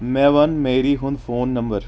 مےٚ وَن میری ہُنٛد فون نمبَر